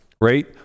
right